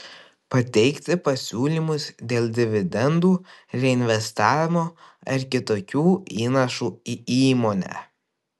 pateikti pasiūlymus dėl dividendų reinvestavimo ar kitokių įnašų į įmonę